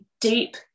deep